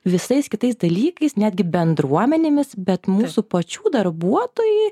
visais kitais dalykais netgi bendruomenėmis bet mūsų pačių darbuotojai